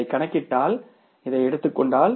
இதைக் கணக்கிட்டால் இதை எடுத்துக் கொண்டால்